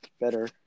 better